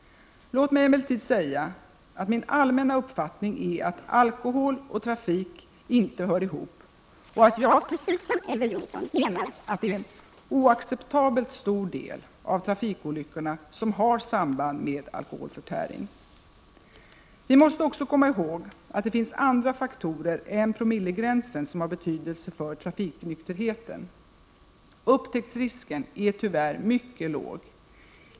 Låt mig emellertid säga att min allmänna uppfattning är att alkohol och trafik inte hör ihop och att jag, precis som Elver Jonsson, menar att det är en oacceptabelt stor del av trafikolyckorna som har samband med alkoholförtäring. Vi måste också komma ihåg att det finns andra faktorer än promillegränsen som har betydelse för trafiknykterheten. Upptäcktsrisken är tyvärr mycket liten.